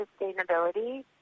sustainability